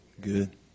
Good